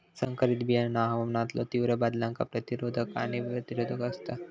संकरित बियाणा हवामानातलो तीव्र बदलांका प्रतिरोधक आणि रोग प्रतिरोधक आसात